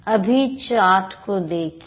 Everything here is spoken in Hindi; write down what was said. अभी चार्ट को देखिए